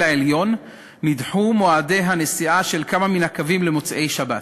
העליון נדחו מועדי הנסיעה של כמה מן הקווים למוצאי-שבת,